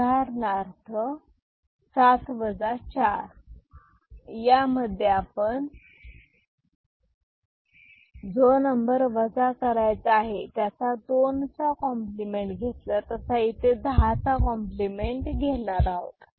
उदाहरणार्थ 7 4 यामध्ये आपण जसा जो नंबर वजा करायचा आहे त्याचा दोनचा कॉम्प्लिमेंट घेतला तसा येथे दहा चा कॉम्प्लिमेंट घेणार आहोत